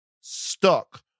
stuck